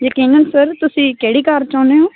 ਯਕੀਨਨ ਸਰ ਤੁਸੀਂ ਕਿਹੜੀ ਕਾਰ ਚਾਹੁੰਦੇ ਹੋ